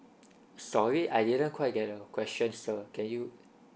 sorry I didn't quite get the question sir can you